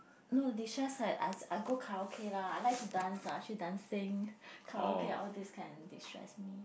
no destress ah as I go karaoke lah I like to dance ah she dancing karaoke all this kind destress me